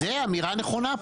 זו אמירה נכונה.